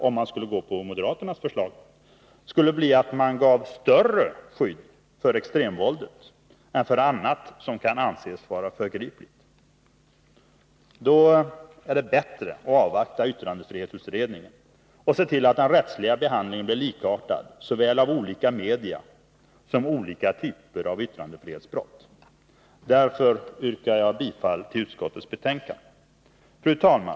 Om man skulle gå på moderaternas förslag skulle det praktiska resultatet bli att man gav större skydd för extremvåldet än för annat som kan anses vara förgripligt. Då är det bättre att avvakta yttrandefrihetsutredningen, och se till att den rättsliga behandlingen blir likartad såväl av olika media som av olika typer av yttrandefrihetsbrott. Därför yrkar jag bifall till utskottets hemställan. Fru talman!